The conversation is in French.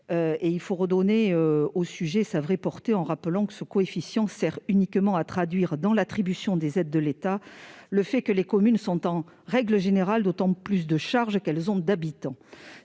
et il faut redonner au sujet sa vraie portée, en rappelant que ce coefficient sert uniquement à traduire dans l'attribution des aides de l'État le fait que les communes, en règle générale, supportent d'autant plus de charges qu'elles comptent d'habitants.